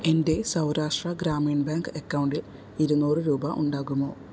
എൻ്റെ സൗരാഷ്ട്ര ഗ്രാമീൺ ബാങ്ക് അക്കൗണ്ടിൽ ഇരുനൂറ് രൂപ ഉണ്ടാകുമോ